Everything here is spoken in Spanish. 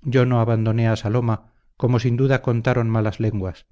yo no abandoné a saloma como sin duda contaron malas lenguas